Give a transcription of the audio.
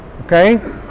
Okay